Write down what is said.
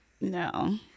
No